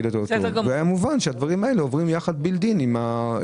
היה מובן שהדברים האלה עוברים יחד עם הרשות.